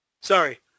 Sorry